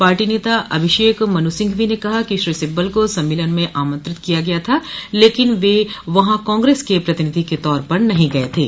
party नेता अभिषेक मनु सिंघवी ने कहा कि श्री सिब्बल को सम्मेलन में आमंत्रित किया गया था लेकिन वे वहां कांग्रेस के प्रतिनिधि के तौर पर नहीं गए थे